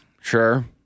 Sure